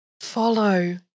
Follow